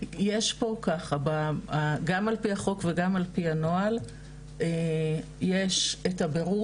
גם על פי החוק וגם על פי הנוהל יש את הבירור